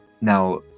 Now